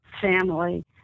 family